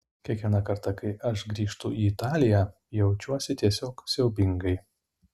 kiekvieną kartą kai aš grįžtu į italiją jaučiuosi tiesiog siaubingai